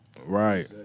Right